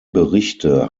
berichte